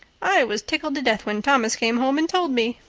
i was tickled to death when thomas came home and told me.